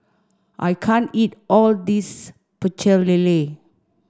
I can't eat all of this Pecel Lele